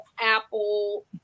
Apple